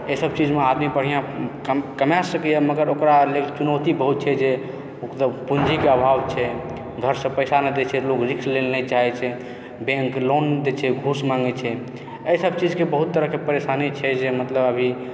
ई सभ चीजमे आदमी बढ़िआँ कमा सकैए मगर ओकरा लेल चुनौती बहुत छै जे ओकरा पूँजीके अभाव छै घरसँ पैसा नहि दै छै लोक रिस्क लै लए नहि चाहै छै बैंक लोन नहि दै छै घूस माँगै छै एहि सभ चीजके बहुत तरहके परेशानी छै जे मतलब अभी